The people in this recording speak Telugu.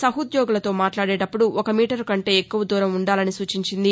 సహోద్యోగులతో మాట్లాదేటప్పుడు ఒక మీటరు కంటే ఎక్కువ దూరం ఉండాలని సూచించింది